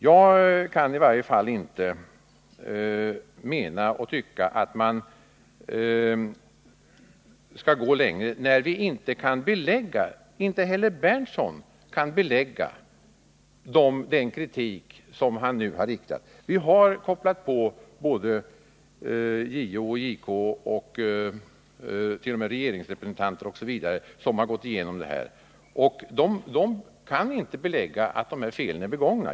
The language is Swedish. Jag kan i varje fall inte tycka att vi skall gå längre när vi inte kan belägga — inte heller Nils Berndtson kan det — den kritik som han nu har riktat mot säkerhetspolisen. Vi har kopplat in JO, JK och t.o.m. regeringsrepresentanter, som har gått igenom säkerhetstjänstens verksamhet, men de kan inte belägga att fel är begångna.